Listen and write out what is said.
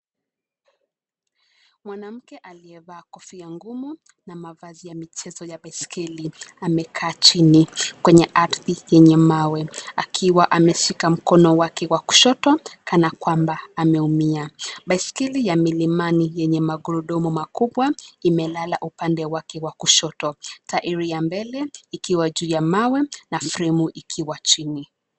Mwanamke aliyevaa kofia ngumu na mavazi ya michezo ya baiskeli, amekaa chini kwenye ardhi yenye mawe; akiwa ameshika mkono wake wa kushoto kana kwamba ameumia. Baiskeli ya milimani yenye magurudumu makubwa, imelala upande wake wa kushoto; tairi ya mbele ikiwa juu ya mawe na fremu ikiwa chini.